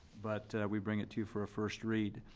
but we bring it to you for a first read.